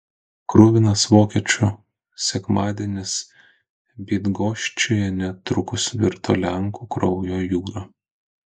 kruvinas vokiečių sekmadienis bydgoščiuje netrukus virto lenkų kraujo jūra